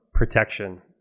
protection